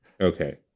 Okay